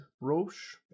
Roche